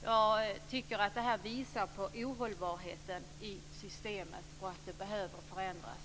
Jag tycker att det visar på ohållbarheten i systemet och att det behöver förändras.